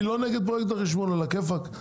אני לא נגד פרויקט החשמול, עלא כיפאק.